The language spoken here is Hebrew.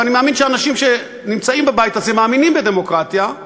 ואני מאמין שאנשים שנמצאים בבית הזה מאמינים בדמוקרטיה,